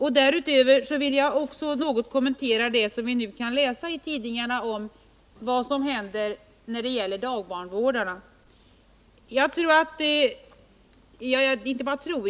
Jag vill också något kommentera det som vi nu kan läsa om i tidningarna, nämligen vad som händer när det gäller barnvårdarna.